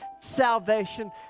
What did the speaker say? salvation